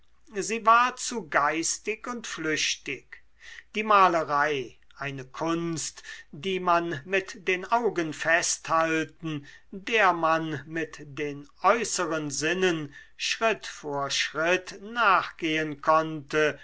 sie war zu geistig und flüchtig die malerei eine kunst die man mit den augen festhalten der man mit den äußeren sinnen schritt vor schritt nachgehen konnte